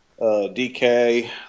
DK